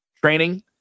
Training